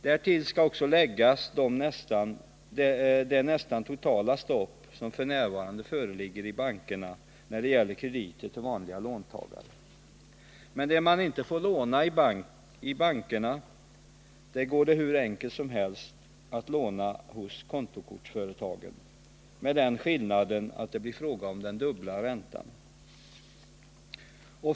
Därtill skall läggas det f. n. nästan totala stoppet i bankerna för krediter till vanliga låntagare. Men det man inte får låna i bankerna går det hur enkelt som helst att låna hos kontokortsföretagen — med den skillnaden att det då blir fråga om dubbel ränta.